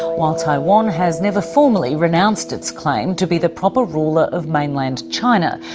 ah while taiwan has never formally renounced its claim to be the proper ruler of mainland china.